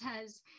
says